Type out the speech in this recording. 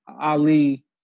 Ali